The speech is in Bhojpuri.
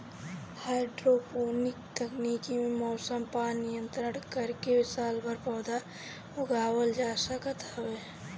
हाइड्रोपोनिक तकनीकी में मौसम पअ नियंत्रण करके सालभर पौधा उगावल जा सकत हवे